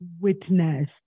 witness